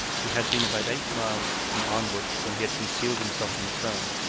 he had been about eight miles from arnwood when he had concealed himself in the fern.